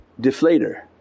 deflator